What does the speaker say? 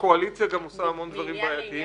הקואליציה גם עושה המון דברים בעייתיים